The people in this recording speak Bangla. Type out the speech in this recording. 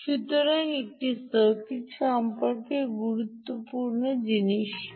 সুতরাং এই সার্কিট সম্পর্কে গুরুত্বপূর্ণ জিনিস কি